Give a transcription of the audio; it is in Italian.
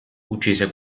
uccise